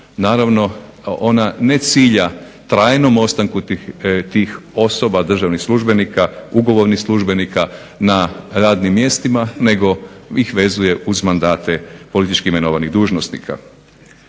naravno ona ne cilja trajnom ostanku tih osoba, državnih službenika, ugovornih službenika na radnim mjestima već ih vezuje uz mandate politički imenovanih dužnosnika.